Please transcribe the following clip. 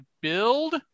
build